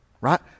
Right